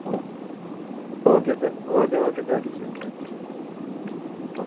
O okay sir okay okay thank you sir thank you ah